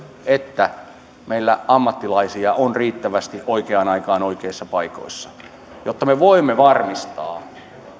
että meillä ammattilaisia on riittävästi oikeaan aikaan oikeissa paikoissa jotta me voimme varmistaa